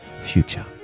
future